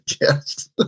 Yes